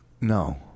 No